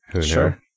Sure